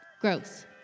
Gross